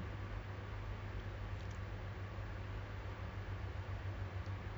place or will you uh get your boyfriend to come over to your place if you were to get married